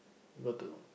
you got to